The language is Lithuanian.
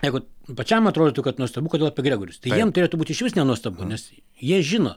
jeigu pačiam atrodytų kad nuostabu kodėl apie gregorius tai jiem turėtų būt išvis nenuostabu nes jie žino